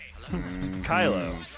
Kylo